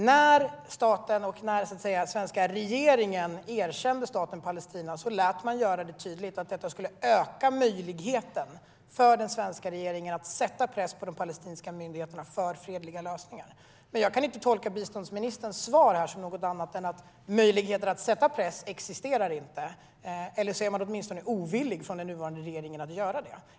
När den svenska regeringen erkände staten Palestina gjorde man tydligt att det skulle öka möjligheten för den svenska regeringen att sätta press på den palestinska myndigheten att genomföra fredliga lösningar. Jag kan inte tolka biståndsministerns svar på annat sätt än att möjligheten att sätta press inte existerar, eller så är man ovillig från den nuvarande regeringens sida att göra det.